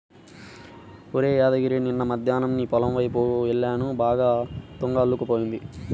ఒరేయ్ యాదగిరి నిన్న మద్దేన్నం నీ పొలం వైపు యెల్లాను బాగా తుంగ అల్లుకుపోయింది